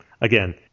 Again